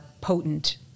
potent